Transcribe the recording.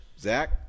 Zach